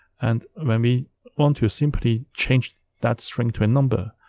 and when we want to simply change that string to a number,